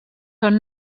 són